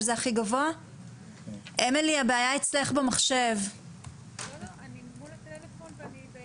החינוך שמדברות בגובה העיניים עם הילדים ואת